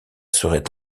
serait